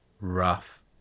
rough